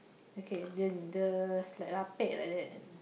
okay the the like ah pek like that